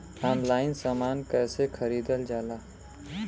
Online समान कैसे खरीदल जाला?